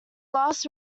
lasts